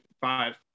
five